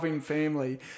family